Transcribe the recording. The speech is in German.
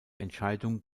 entscheidung